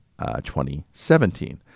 2017